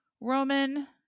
roman